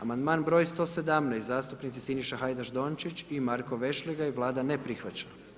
Amandman br. 117 zastupnici Siniša Hajdaš Dončić i Marko Vešligaj, Vlada ne prihvaća.